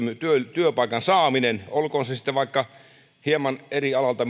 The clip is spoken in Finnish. työpaikan saaminen olkoon se se sitten vaikka hieman eri alalta